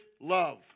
love